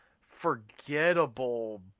forgettable